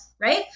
Right